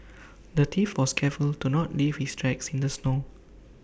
the thief was careful to not leave his tracks in the snow